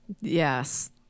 Yes